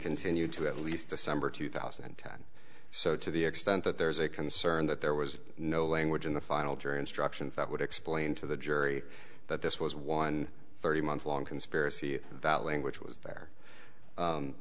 continued to at least december two thousand and ten so to the extent that there is a concern that there was no language in the final jury instructions that would explain to the jury that this was one thirty month long conspiracy that language was there